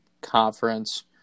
conference